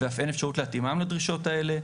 ואף אין אפשרות להתאימם לדרישות האלה.